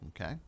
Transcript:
okay